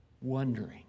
wondering